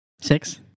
Six